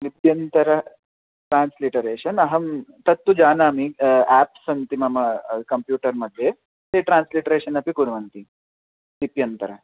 लिप्यन्तरं transliteration अहं तत्तु जानामि एप्स् सन्ति मम कम्प्यूटर् मध्ये ते ट्रान्स्लिटशन् अपि कुर्वन्ति लिप्यन्तरणम्